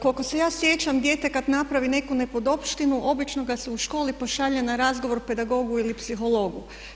Koliko se ja sjećam, dijete kad napravi neku nepodopštinu obično ga se u školi pošalje na razgovor pedagogu ili psihologu.